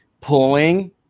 pulling